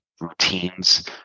routines